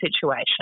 situation